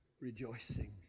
rejoicing